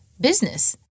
business